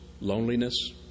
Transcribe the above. loneliness